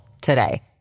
today